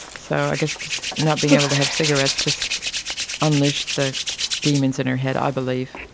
so i guess just not being able to have cigarettes just unleashed the demons in her head, i believe,